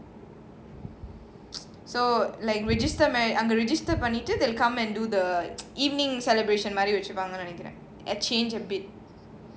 so like register அங்க:anga register பண்ணிட்டு:pannitu they will come and do the evening celebration வச்சிப்பாங்கனுநெனைக்கிறேன்:vachipanganu nenaikren change a bit